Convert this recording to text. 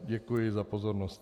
Děkuji za pozornost.